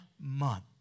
month